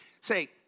Say